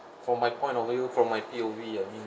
from my point of view from my P_O_V I mean